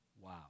Wow